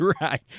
right